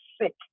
sick